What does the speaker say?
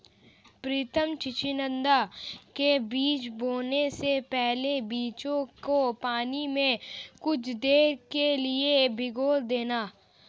प्रितम चिचिण्डा के बीज बोने से पहले बीजों को पानी में कुछ देर के लिए भिगो देना